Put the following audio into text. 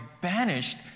banished